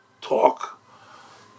talk